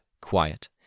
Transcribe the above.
quiet